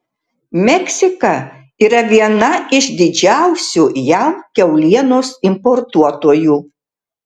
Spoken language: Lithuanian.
meksika yra viena iš didžiausių jav kiaulienos importuotojų